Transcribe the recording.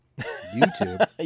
YouTube